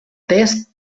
test